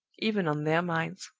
even on their minds,